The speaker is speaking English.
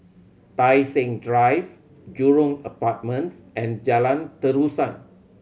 Tai Seng Drive Jurong Apartments and Jalan Terusan